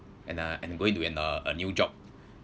and uh and going to in a new job